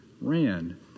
ran